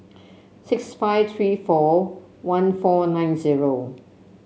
six five three four one four nine zero